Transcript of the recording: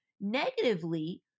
negatively